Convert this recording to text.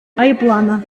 айӑпланӑ